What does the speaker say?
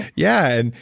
yeah. and